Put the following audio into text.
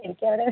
എനിക്ക് അവിടെ